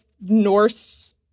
Norse